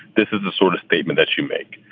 this is the sort of statement that you make.